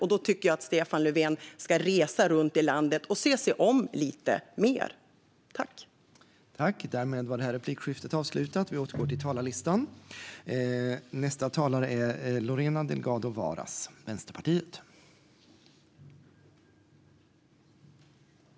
Jag tycker att Stefan Löfven ska resa runt i landet och se sig om lite mer.